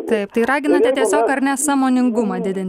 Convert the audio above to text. taip tai raginate tiesiog ar ne sąmoningumą didint